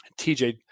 tj